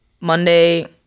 Monday